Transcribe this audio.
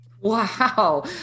Wow